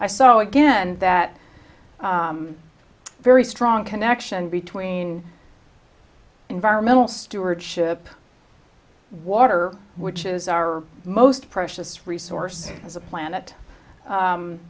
i saw again that very strong connection between environmental stewardship water which is our most precious resource as a planet